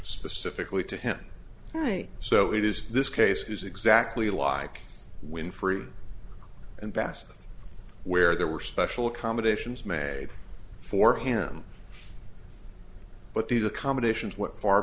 specifically to him right so it is this case is exactly like winfrey and best where there were special accommodations made for him but these accommodations